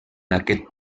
aquest